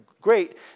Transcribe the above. Great